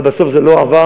אבל בסוף זה לא עבר,